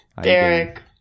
Derek